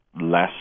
less